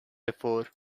before